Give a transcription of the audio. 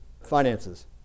finances